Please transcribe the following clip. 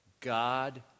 God